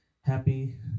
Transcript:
happy